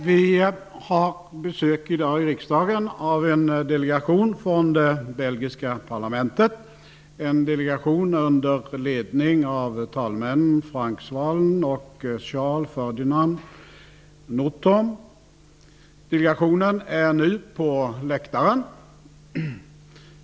Vi har i dag besök i riksdagen av en delegation från det belgiska parlamentet, en delegation under ledning av talmännen Frank Swaelen och Charles Ferdinand Nothomb. Delegationen är nu på läktaren.